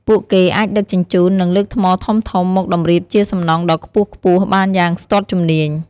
ពួកគេអាចដឹកជញ្ជូន និងលើកថ្មធំៗមកតម្រៀបជាសំណង់ដ៏ខ្ពស់ៗបានយ៉ាងស្ទាត់ជំនាញ។